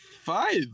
five